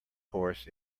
horse